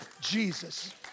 Jesus